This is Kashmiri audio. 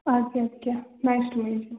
اَدٕ کہِ اَدٕ کہِ نایس ٹوٚ میٹ یو